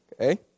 Okay